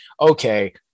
okay